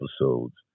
episodes